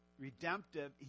redemptive